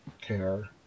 care